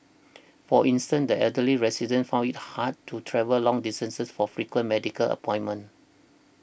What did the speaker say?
for instance the elderly residents found it hard to travel long distances for frequent medical appointments